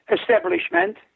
establishment